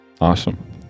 Awesome